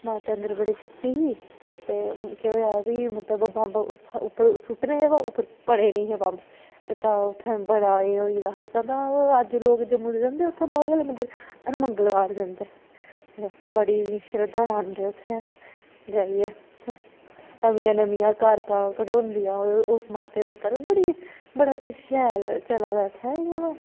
माता अन्दर बड़ी शक्ति ही ते केह् होएआ कि मतलब बम्ब उप्परुं सुट्टने हे पड़े निं हे बम्ब ते तां इत्थें बड़ा एह् होई गेदा हा ओह् अज्ज लोग जम्मू च जंदे उत्थें जम्मू बाह्वे आह्ले मंदर हर मंगलबार जंदे बड़ी शरधा बनांदे उत्थें जाइयै ते नमियां नमियां कारकें कड़ोदियां उस माते उप्पर बड़ी बड़ा किश शैल चला दा इत्थें इ'यां